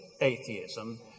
atheism